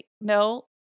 no